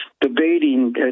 debating